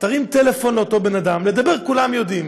תרים טלפון לאותו בן אדם, לדבר כולם יודעים,